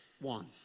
one